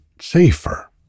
safer